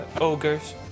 ogres